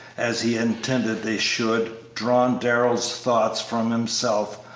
as he intended they should, drawn darrell's thoughts from himself.